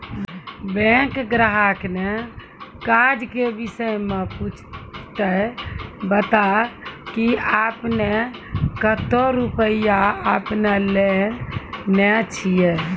Bank ग्राहक ने काज के विषय मे पुछे ते बता की आपने ने कतो रुपिया आपने ने लेने छिए?